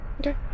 Okay